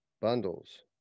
bundles